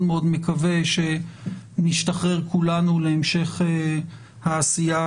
מאוד מקווה שנשתחרר כולנו להמשך העשייה,